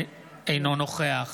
אינו נוכח